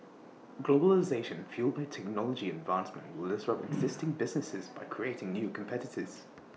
globalisation fuelled by technology advancement will disrupt existing businesses by creating new competitors